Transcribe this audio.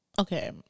okay